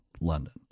London